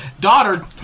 daughter